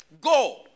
Go